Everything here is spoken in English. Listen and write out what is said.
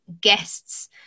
guests